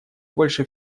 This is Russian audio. больше